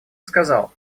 сказал